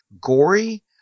gory